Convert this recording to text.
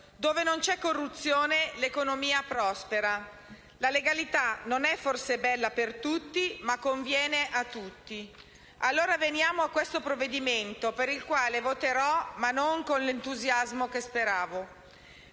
Dove non c'è corruzione l'economia prospera. La legalità non è forse bella per tutti, ma conviene a tutti. Veniamo allora a questo provvedimento, per il quale voterò ma non con l'entusiasmo che speravo.